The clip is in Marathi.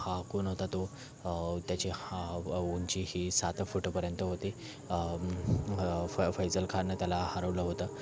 हा कोण होता तो त्याची हा उंची ही सात फूटपर्यंत होती फैजल खाननं त्याला हरवलं होतं